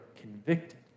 convicted